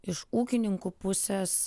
iš ūkininkų pusės